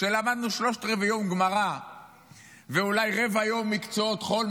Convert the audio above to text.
כשלמדנו שלושת-רבעי יום גמרא ואולי רבע יום מקצועות חול,